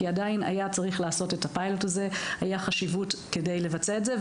כי עדיין היה צריך לעשות את הפיילוט הזה והייתה חשיבות לבצע את זה,